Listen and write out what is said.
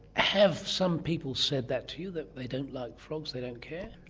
have some people said that to you, that they don't like frogs, they don't care?